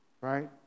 right